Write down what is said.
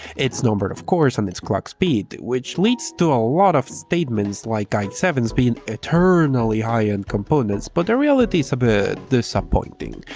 its number of core so and its clock speed, which leads to a lot of statements like i seven s being eternally high-end components but the reality is a bit disappointing.